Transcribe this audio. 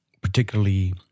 particularly